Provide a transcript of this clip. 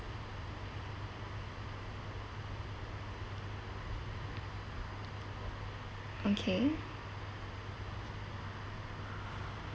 okay